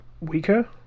weaker